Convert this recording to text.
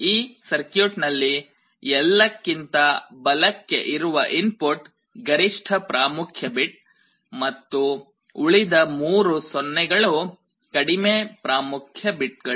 ಈ ಸರ್ಕ್ಯೂಟ್ ನಲ್ಲಿ ಎಲ್ಲಕಿಂತ ಬಲಕ್ಕೆ ಇರುವ ಇನ್ಪುಟ್ ಗರಿಷ್ಠ ಪ್ರಾಮುಖ್ಯ ಬಿಟ್ ಮತ್ತು ಉಳಿದ ಮೂರು 0 ಗಳು ಕಡಿಮೆ ಪ್ರಾಮುಖ್ಯ ಬಿಟ್ ಗಳು